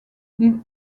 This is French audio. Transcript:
les